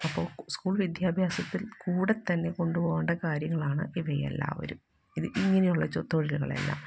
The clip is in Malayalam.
അപ്പോള് സ്കൂള് വിദ്യാഭ്യാസത്തില് കൂടെ തന്നെ കൊണ്ടുപോവേണ്ട കാര്യങ്ങളാണ് ഇവ എല്ലാവരും ഇങ്ങനെയുള്ള തൊഴിലുകളെല്ലാം